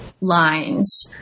lines